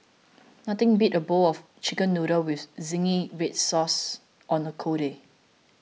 nothing beats a bowl of Chicken Noodles with Zingy Red Sauce on a cold day